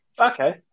Okay